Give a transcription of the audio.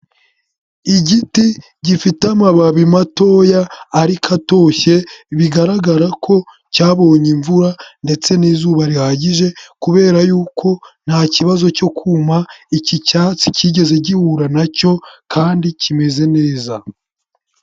Igiti gifite amababi matoya ariko atoshye, bigaragara ko cyabonye imvura ndetse n'izuba rihagije, kubera yuko nta kibazo cyo kuma iki cyatsi cyigeze gihura nacyo kandi kimeze neza.